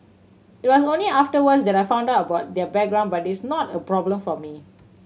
it was only afterwards that I found out about their background but it's not a problem for me